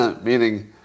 Meaning